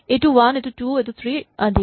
এইটো ৱান এইটো টু এইটো থ্ৰী আদি